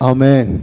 Amen